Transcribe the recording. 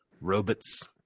Robots